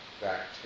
back